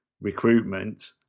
recruitment